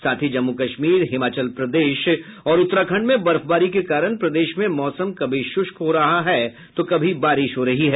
साथ ही जम्मू कश्मीर हिमाचल प्रदेश और उत्तराखंड में बर्फबारी के कारण प्रदेश में मौसम कभी शुष्क हो रहा है तो कभी बारिश हो रही है